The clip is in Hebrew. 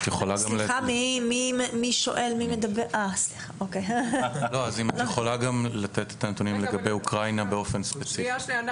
את יכולה לתת את הנתונים לגבי אוקראינה באופן ספציפי?